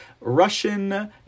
Russian